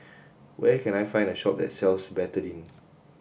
where can I find a shop that sells Betadine